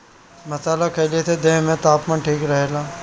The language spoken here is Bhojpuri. मसाला खईला से देह में तापमान ठीक रहेला